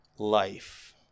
life